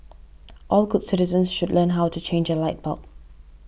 all good citizens should learn how to change a light bulb